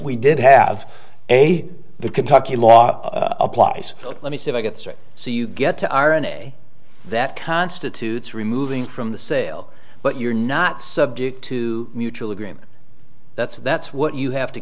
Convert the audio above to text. we did have a the kentucky law applies let me see if i get straight so you get to r n a that constitutes removing from the sale but you're not subject to mutual agreement that's that's what you have to